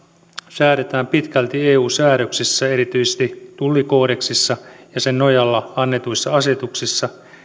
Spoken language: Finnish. säädetään pitkälti eu säädöksissä erityisesti tullikoodeksissa ja sen nojalla annetuissa asetuksissa